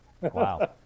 Wow